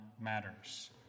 matters